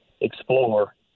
explore